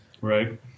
Right